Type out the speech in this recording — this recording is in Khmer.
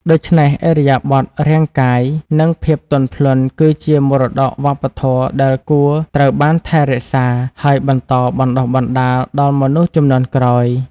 ដូច្នេះ ឥរិយាបថរាងកាយ និងភាពទន់ភ្លន់គឺជាមរតកវប្បធម៌ដែលគួរត្រូវបានថែរក្សា ហើយបន្តបណ្ដុះបណ្ដាលដល់មនុស្សជំនាន់ក្រោយ។